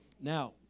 Now